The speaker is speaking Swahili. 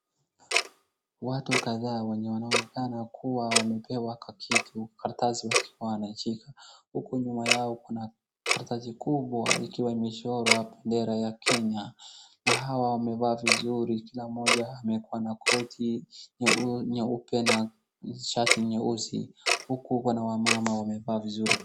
Watu kadha wenye wanaonekana kuwa wamepewa kakitu, karatasi wakiwa wameshika huku nyuma yao kuna karatasi kubwa ikiwa imechorwa bendera ya Kenya. Na hawa wamevaa vizuri kila mmoja amekuwa na koti nyeupe na shati nyeusi huku kuna wamama wamevaa vizuri pia.